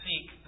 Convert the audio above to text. seek